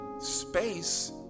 space